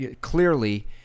Clearly